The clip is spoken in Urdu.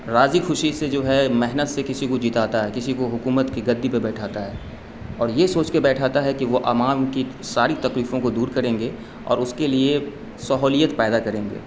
راضی خوشی سے جو ہے محنت سے کسی کو جتاتا ہے کسی کو حکومت کی گدی پہ بیٹھاتا ہے اور یہ سوچ کے بیٹھاتا ہے کہ وہ عوام کی ساری تکلیفوں کو دور کریں گے اور اس کے لیے سہولیت پیدا کریں گے